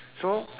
so